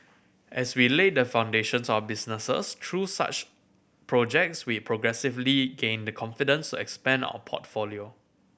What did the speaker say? as we laid the foundations our businesses through such projects we progressively gained the confidence to expand our portfolio